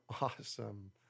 Awesome